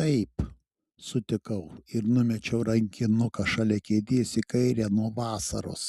taip sutikau ir numečiau rankinuką šalia kėdės į kairę nuo vasaros